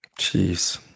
Jeez